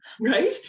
Right